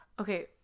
okay